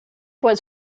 was